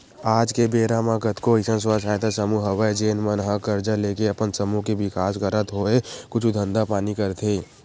आज के बेरा म कतको अइसन स्व सहायता समूह हवय जेन मन ह करजा लेके अपन समूह के बिकास करत होय कुछु धंधा पानी करथे